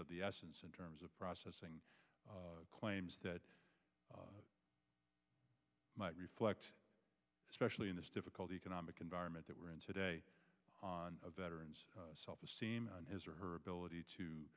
of the essence in terms of processing claims that might reflect especially in this difficult economic environment that we're in today on a veteran's self esteem and his or her ability to